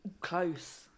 Close